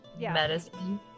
Medicine